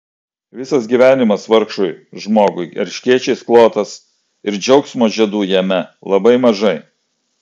visas gyvenimas vargšui žmogui erškėčiais klotas ir džiaugsmo žiedų jame labai mažai